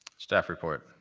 staff report.